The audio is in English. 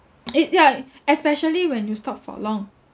it yeah especially when you stop for long